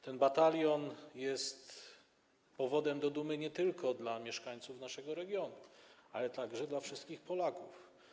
Ten batalion jest powodem do dumy nie tylko dla mieszkańców naszego regionu, ale także dla wszystkich Polaków.